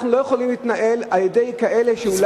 אנחנו לא יכולים להתנהל על-פי כאלה שאולי,